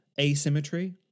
asymmetry